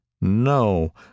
No